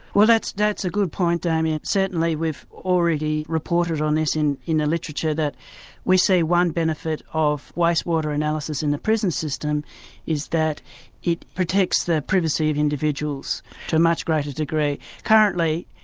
well that's that's a good point, damien, certainly we've already reported on this in in the literature that we see one benefit of wastewater analysis in the prison system is that it protects the privacy of individuals to a much greater degree. currently,